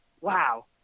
Wow